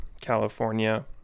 California